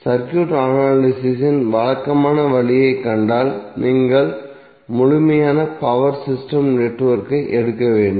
circuit analysis இன் வழக்கமான வழியைக் கண்டால் நீங்கள் முழுமையான பவர் சிஸ்டம் நெட்வொர்க்கை எடுக்க வேண்டும்